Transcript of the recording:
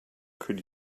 could